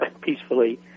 peacefully